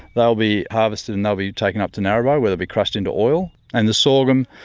they'll be harvested and they'll be taken up to narrabri where they'll be crushed into oil. and the sorghum,